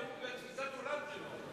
זו תפיסת עולם שלו.